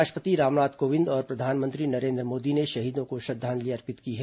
राष्ट्रपति रामनाथ कोविंद और प्रधानमंत्री नरेन्द्र मोदी ने शहीदों को श्रद्वांजलि अर्पित की है